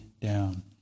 down